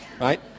Right